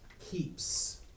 keeps